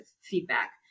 feedback